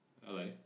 Hello